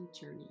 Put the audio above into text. journey